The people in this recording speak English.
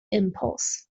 impulse